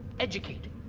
educating.